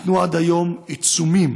הוטלו עד היום עיצומים